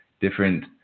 different